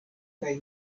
kaj